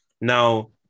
now